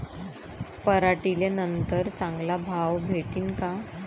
पराटीले नंतर चांगला भाव भेटीन का?